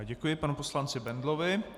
Děkuji panu poslanci Bendlovi.